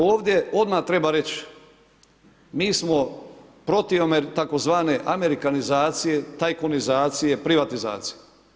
Ovdje odmah treba reći, mi smo protiv tzv. amerikanizacije, tajkunizacije, privatizacije.